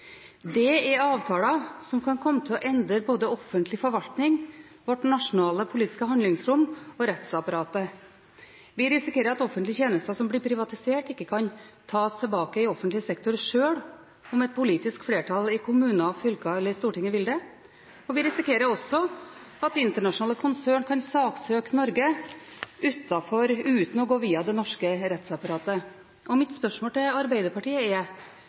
Det er avtaler som kan komme til å endre både offentlig forvaltning, vårt nasjonale politiske handlingsrom og rettsapparatet. Vi risikerer at offentlige tjenester som blir privatisert, ikke kan tas tilbake til offentlig sektor sjøl om et politisk flertall i kommuner, i fylker eller i Stortinget vil det. Vi risikerer også at internasjonale konsern kan saksøke Norge uten å gå via det norske rettsapparatet. Mitt spørsmål til Arbeiderpartiet er: